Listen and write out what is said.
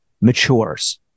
matures